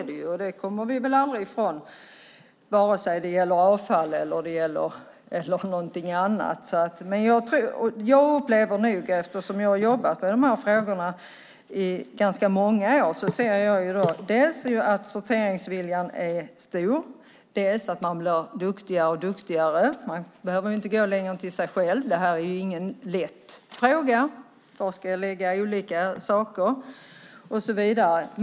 Det kommer vi nog aldrig ifrån, vare sig det gäller avfall eller någonting annat. Jag som har jobbat med dessa frågor i ganska många år upplever dels att sorteringsviljan är stor, dels att människor blir duktigare och duktigare. Man behöver inte gå längre än till sig själv; det är ingen lätt fråga var man ska lägga olika saker.